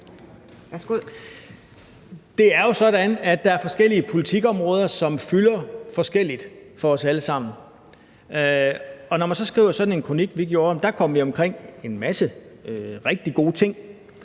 Det er jo sådan, at der er forskellige politikområder, som fylder forskelligt for os alle sammen, og når man så skriver sådan en kronik, vi gjorde, kom vi omkring en masse rigtig gode ting.